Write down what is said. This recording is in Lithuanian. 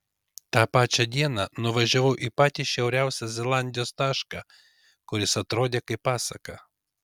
tą pačią dieną nuvažiavau į patį šiauriausią zelandijos tašką kuris atrodė kaip pasaka